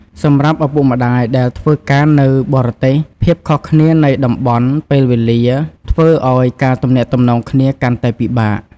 សម្រាប់ឪពុកម្ដាយដែលធ្វើការនៅបរទេស ភាពខុសគ្នានៃតំបន់ពេលវេលា ធ្វើឱ្យការទំនាក់ទំនងគ្នាកាន់តែពិបាក។